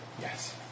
Yes